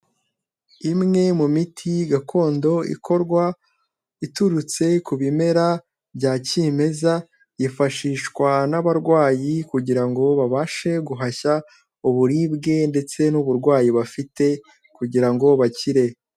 Imwe mu miti gakondo ikorwa iturutse ku bimera bya kimeza, yifashishwa n'abarwayi kugira ngo babashe guhashya uburibwe ndetse n'uburwayi bafite kugira ngo bakire.